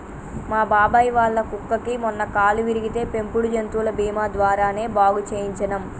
మా బాబాయ్ వాళ్ళ కుక్కకి మొన్న కాలు విరిగితే పెంపుడు జంతువుల బీమా ద్వారానే బాగు చేయించనం